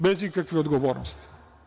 Bez ikakve odgovornosti.